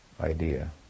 idea